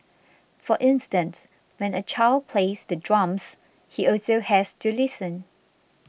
for instance when a child plays the drums he also has to listen